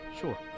Sure